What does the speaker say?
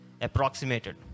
approximated